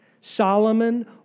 Solomon